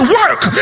work